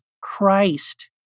Christ